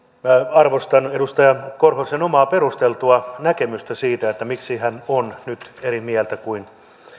arvostan edustaja korhosen omaa perusteltua näkemystä siitä miksi hän on nyt eri mieltä kuin